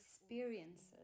experiences